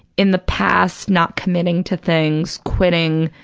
in the past, not committing to things, quitting,